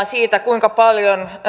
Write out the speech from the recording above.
siitä kuinka paljon